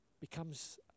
becomes